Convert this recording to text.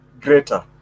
greater